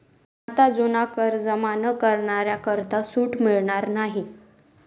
आता जुना कर जमा न करणाऱ्यांना करात सूट मिळणार नाही